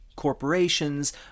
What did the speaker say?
corporations